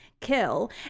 kill